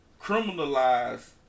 criminalize